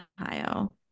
Ohio